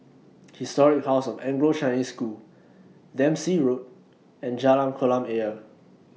Historic House of Anglo Chinese School Dempsey Road and Jalan Kolam Ayer